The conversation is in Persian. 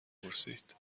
پرسید